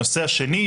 הנושא השני,